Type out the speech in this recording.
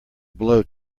blow